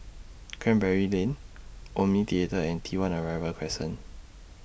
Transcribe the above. Canberra Lane Omni Theatre and T one Arrival Crescent